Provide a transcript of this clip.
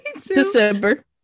December